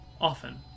often